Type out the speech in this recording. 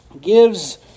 gives